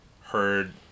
heard